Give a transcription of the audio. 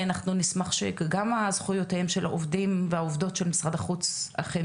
אנחנו נשמח שגם זכויותיהם של העובדים והעובדות של משרד החוץ אכן